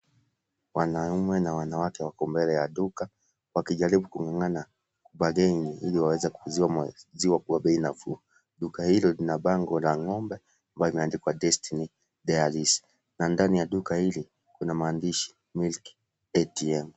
Wanaume na wanawake wako mbele ya duka wakijaribu kungangana ku (CS)bargain(CS) ili waweze kuuziwa maziwa kwa bei nafuu. Duka hilo lina bango la ngombe na imeandikwa destiny dairies na ndani ya duka hili kuna maandishi milk ATM.